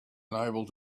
unable